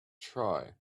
try